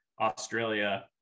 Australia